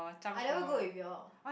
I never go with you all